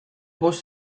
bost